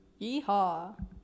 Yeehaw